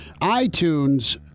iTunes